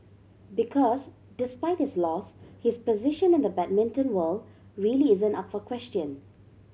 because despite his loss his position in the badminton world really isn't up for question